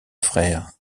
frère